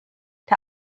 der